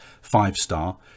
five-star